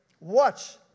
Watch